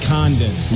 Condon